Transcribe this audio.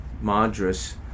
Madras